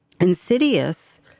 insidious